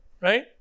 right